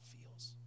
feels